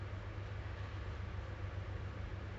but that was back then ah right now more